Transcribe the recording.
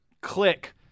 click